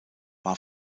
war